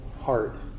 heart